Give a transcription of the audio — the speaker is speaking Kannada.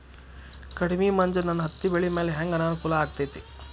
ಕಡಮಿ ಮಂಜ್ ನನ್ ಹತ್ತಿಬೆಳಿ ಮ್ಯಾಲೆ ಹೆಂಗ್ ಅನಾನುಕೂಲ ಆಗ್ತೆತಿ?